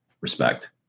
respect